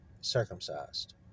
circumcised